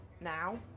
now